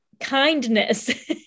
kindness